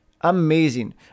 amazing